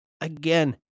Again